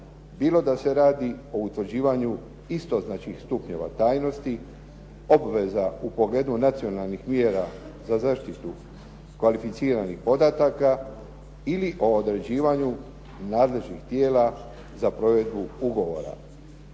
bilo da se radi o utvrđivanju isto znači stupnjeva tajnosti, obveza u pogledu nacionalnih mjera za zaštitu kvalificiranih podataka ili o određivanju nadležnih tijela za provedbu ugovora,